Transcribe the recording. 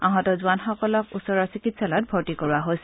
আহত জোৱানসকলক ওচৰৰ চিকিৎসালয়ত ভৰ্তি কৰোৱা হৈছে